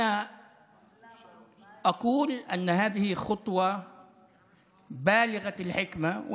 אני אומר שזה צעד חכם מאוד,